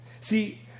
See